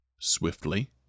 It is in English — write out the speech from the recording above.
swiftly